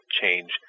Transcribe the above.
change